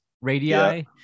radii